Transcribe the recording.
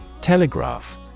Telegraph